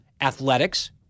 athletics